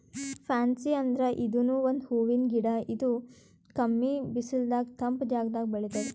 fancy ಅಂದ್ರ ಇದೂನು ಒಂದ್ ಹೂವಿನ್ ಗಿಡ ಇದು ಕಮ್ಮಿ ಬಿಸಲದಾಗ್ ತಂಪ್ ಜಾಗದಾಗ್ ಬೆಳಿತದ್